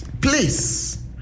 Please